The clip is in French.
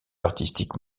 artistiques